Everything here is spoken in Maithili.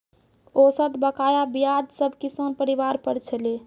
औसत बकाया ब्याज सब किसान परिवार पर छलै